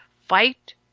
fight